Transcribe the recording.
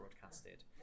broadcasted